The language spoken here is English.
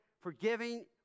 forgiving